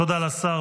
תודה לשר.